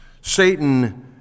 Satan